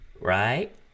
Right